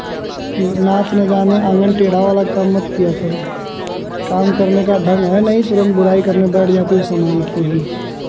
कि नाच ना जाने आँगन टेढ़ा वाला काम मत किया करो काम करने का ढंग है नहीं तुरन्त बुराई करने बैठ जाती हो सामान की ही